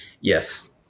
yes